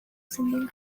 singing